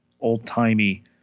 old-timey